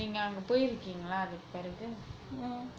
நீங்க அங்க போயிருக்கீங்களா அதுக்கு பிறகு:neenga anga poirukeengala athukku piragu